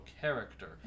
character